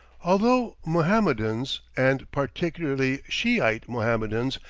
although mohammedans, and particularly shiite mohammedans,